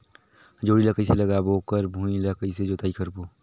जोणी ला कइसे लगाबो ओकर भुईं ला कइसे जोताई करबो?